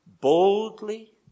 boldly